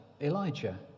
Elijah